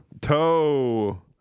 Toe